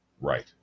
Right